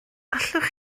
allwch